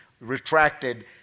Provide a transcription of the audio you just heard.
retracted